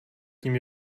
tím